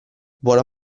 buona